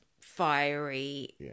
fiery